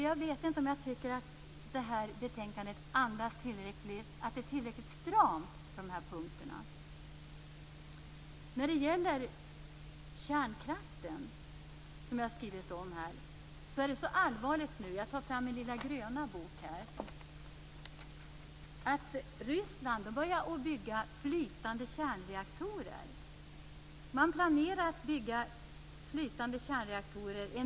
Jag vet inte om betänkandet är tillräckligt stramt på dessa punkter. Jag har skrivit om kärnkraften. Nu tar jag fram min lilla gröna bok. Där framgår att Ryssland har börjat bygga flytande kärnreaktorer. Man planerar att bygga en ny generation flytande kärnreaktorer.